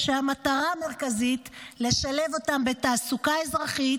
כשהמטרה המרכזית היא לשלב אותם בתעסוקה אזרחית